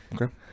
Okay